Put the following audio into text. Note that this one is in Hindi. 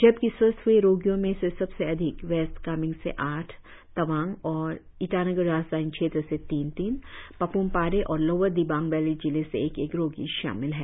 जबकि स्वस्थ हए रोगियों में से सबसे अधिक वेस्ट कामेंग से आठ तवांग और ईटानगर राजधानी क्षेत्र से तीन तीन पाप्म पारे और लोअर दिबांग वैली जिले से एक एक रोगी शामिल है